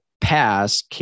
pass